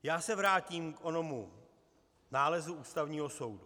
Já se vrátím k onomu nálezu Ústavního soudu.